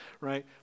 right